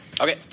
Okay